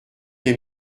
des